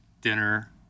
dinner